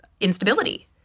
instability